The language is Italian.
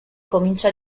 comincia